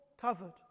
covered